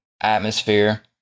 atmosphere